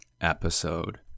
episode